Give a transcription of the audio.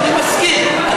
ילדות משכונת מצוקה,